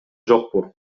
жокпу